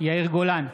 יאיר גולן,